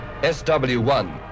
SW1